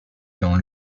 dans